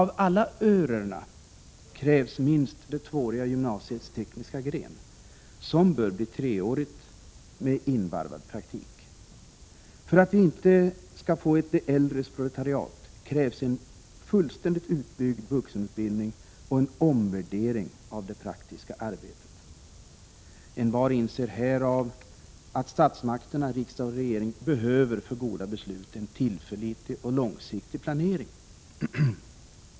Av alla örerna krävs minst det tvååriga gymnasiets tekniska gren — som bör bli treårig med invarvad praktik. För att vi inte skall få ett de äldres proletariat krävs en fullständigt utbyggd vuxenutbildning och en omvärdering av det praktiska arbetet. Envar inser härav att statsmakterna — riksdag och regering — för goda beslut behöver en tillförlitlig och långsiktig planering.